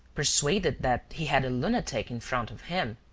persuaded that he had a lunatic in front of him.